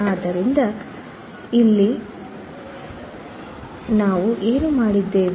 ಆದ್ದರಿಂದ ಇಲ್ಲಿ ನಾವು ಏನು ಮಾಡಿದ್ದೇವೆ